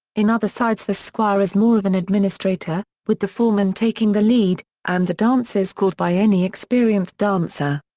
in other sides the squire is more of an administrator, with the foreman taking the lead, and the dances called by any experienced dancer.